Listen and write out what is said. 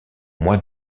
mois